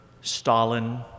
Stalin